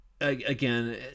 Again